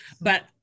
but-